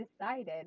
decided